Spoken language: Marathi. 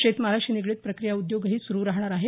शेतमालाशी निगडीत प्रक्रिया उद्योगही चालू राहणार आहेत